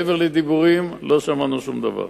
מעבר לדיבורים לא שמענו שום דבר.